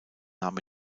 nahm